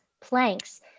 planks